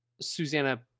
Susanna